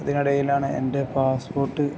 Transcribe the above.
അതിന് ഇടയിലാണ് എൻ്റെ പാസ്പോർട്ട്